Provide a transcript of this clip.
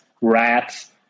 rats